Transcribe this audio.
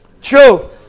True